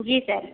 जी sir